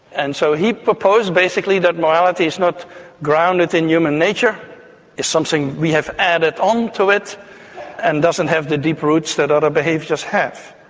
and so he proposed basically that morality is not grounded in human nature, it is something we have added onto it and doesn't have the deep roots that other behaviours have.